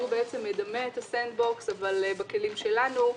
שבעצם מדמה את הסנד בוקס אבל בכלים שלנו.